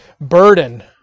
burden